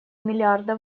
миллиарда